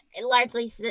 largely